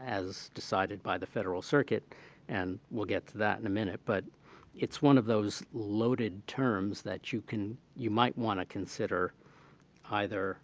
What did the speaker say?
as decided by the federal circuit and we'll get to that in a minute but it's one of those loaded terms that you can you might want to consider either